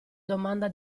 domanda